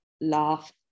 laugh